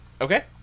Okay